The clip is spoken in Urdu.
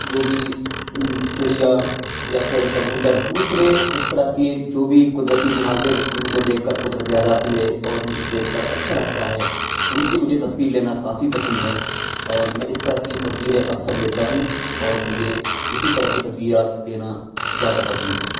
جو بھی چڑیا یا پھر کبوتر دوسرے اس طرح کے جو بھی قدرتی مناظر جن کو دیکھ کر قدرت یاد آتی ہے اور ان كو دیكھ كر اچّھا لگتا ہے ان كی مجھے تصویر لینا کافی پسند ہے اور میں اس طرح کی تصویریں اکثر لیتا ہوں اور مجھے اسی طرح کی تصویریں لینا زیادہ پسند ہیں